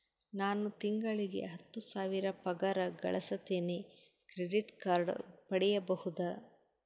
ನಾನು ತಿಂಗಳಿಗೆ ಹತ್ತು ಸಾವಿರ ಪಗಾರ ಗಳಸತಿನಿ ಕ್ರೆಡಿಟ್ ಕಾರ್ಡ್ ಪಡಿಬಹುದಾ?